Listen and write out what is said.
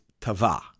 tava